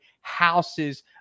houses